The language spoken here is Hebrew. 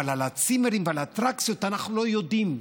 אבל על הצימרים ועל האטרקציות אנחנו לא יודעים.